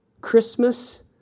Christmas